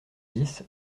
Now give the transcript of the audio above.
dix